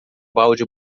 balde